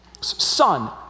Son